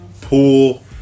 pool